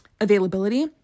availability